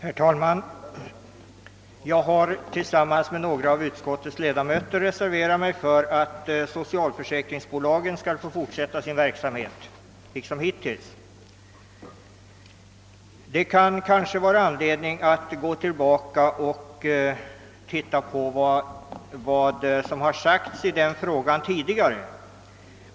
Herr talman! Jag har tillsammans med några andra utskottsledamöter reserverat mig för att socialförsäkringsbolagen skall få fortsätta sin hittillsvarande verksamhet. Det kan kanske vara anledning att gå tillbaka och se vad som har sagts i denna fråga tidigare.